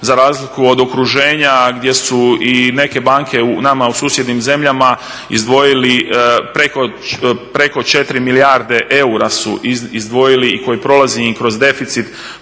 za razliku od okruženja gdje su i neke banke nama u susjednim zemljama izdvojili preko 4 milijarde eura su izdvojili i koji prolazi im kroz deficit,